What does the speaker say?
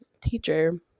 teacher